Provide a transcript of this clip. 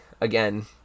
again